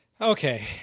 Okay